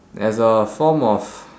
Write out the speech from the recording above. there's a form of